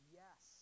yes